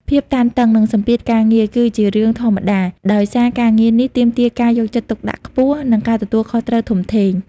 ភាពតានតឹង និងសម្ពាធការងារ គឺជារឿងធម្មតា ដោយសារការងារនេះទាមទារការយកចិត្តទុកដាក់ខ្ពស់ និងការទទួលខុសត្រូវធំធេង។